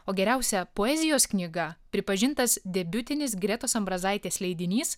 o geriausia poezijos knyga pripažintas debiutinis gretos ambrazaitės leidinys